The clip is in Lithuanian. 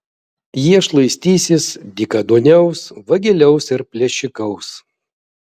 jie šlaistysis dykaduoniaus vagiliaus ir plėšikaus